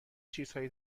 چیزهایی